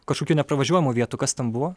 kažkokių nepravažiuojamų vietų kas ten buvo